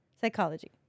Psychology